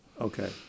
Okay